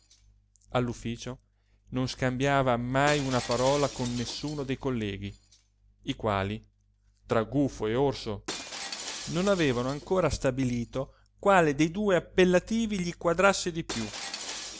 all'ufficio non scambiava mai una parola con nessuno dei colleghi i quali tra gufo e orso non avevano ancora stabilito quale dei due appellativi gli quadrasse di piú